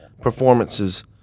performances